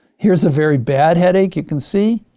here's a very bad headache you can see,